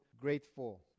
Grateful